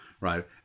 right